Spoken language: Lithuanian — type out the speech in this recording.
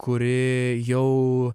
kuri jau